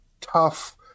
tough